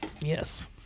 Yes